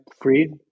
Freed